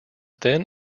then